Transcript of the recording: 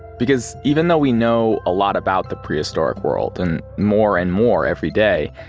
because even though we know a lot about the prehistoric world, and more and more everyday,